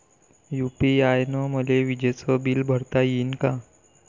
UPI न मले विजेचं बिल भरता यीन का?